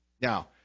Now